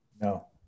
no